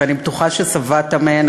ואני בטוחה ששבעת מהן,